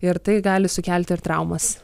ir tai gali sukelti ir traumas